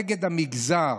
נגד המגזר.